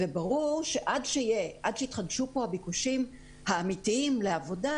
וברור שעד שיתחדשו פה הביקושים האמיתיים לעבודה,